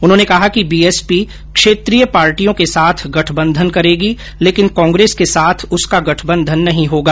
उन्होंने कहा कि बीएसपी क्षेत्रीय पार्टियों के साथ गठबंधन करेगी लेकिन कांग्रेस के साथ उसका गठबंधन नहीं होगा